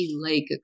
Lake